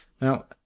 Now